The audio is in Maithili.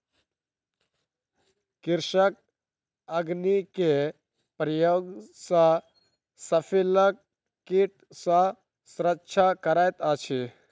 कृषक अग्नि के प्रयोग सॅ फसिलक कीट सॅ सुरक्षा करैत अछि